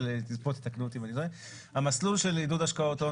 עידוד השקעות הון